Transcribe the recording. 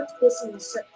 business